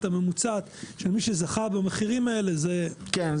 הממוצעת של מי שזכה במחירים האלה זה --- כן.